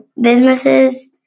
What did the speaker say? businesses